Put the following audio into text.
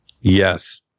Yes